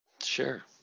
sure